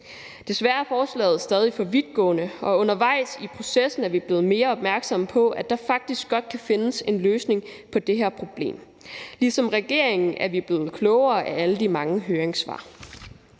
Desværre er forslaget stadig for vidtgående, og undervejs i processen er vi blevet mere opmærksomme på, at der faktisk godt kan findes en løsning på det her problem. Ligesom regeringen er vi blevet klogere af alle de mange høringssvar.